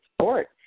support